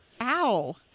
Ow